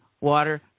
water